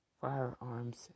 firearms